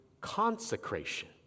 consecration